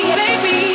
baby